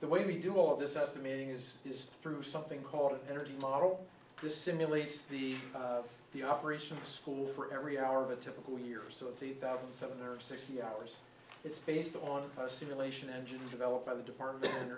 the way we do all of this estimating is just through something called an energy model this simulates the the operation at school for every hour of a typical year so it's a one thousand seven hundred and sixty hours it's based on a simulation engine is developed by the department